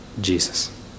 Jesus